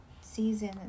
season